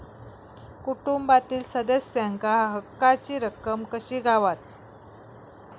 कुटुंबातील सदस्यांका हक्काची रक्कम कशी गावात?